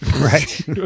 Right